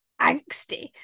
angsty